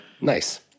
Nice